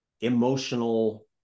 emotional